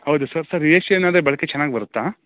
ಹೌದಾ sir sir Asian ಆದರೆ ಬಾಳ್ಕೆ ಚೆನ್ನಾಗಿ ಬರುತ್ತಾ